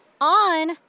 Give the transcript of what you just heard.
on